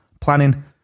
planning